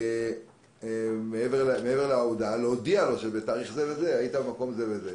מעבר להודעה שבתאריך מסוים הוא היה במקום מסוים,